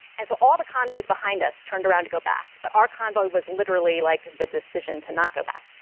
and so all the convoys behind us turned around to go back. but our convoy was literally like the decision to not go back.